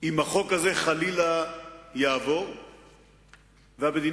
ההגדלה בקצבאות הילדים, אבל מצד שני בנו